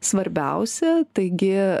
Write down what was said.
svarbiausia taigi